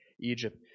Egypt